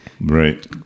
Right